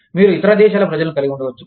మీరు ఇతర దేశాల ప్రజలను కలిగి ఉండవచ్చు